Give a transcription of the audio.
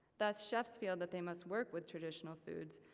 thus, chefs feel that they must work with traditional foods,